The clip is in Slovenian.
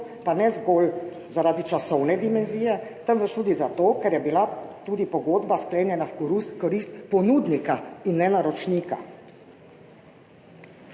pa ne zgolj zaradi časovne dimenzije, temveč tudi zato, ker je bila tudi pogodba sklenjena v korist ponudnika, in ne naročnika.